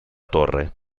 torre